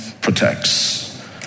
protects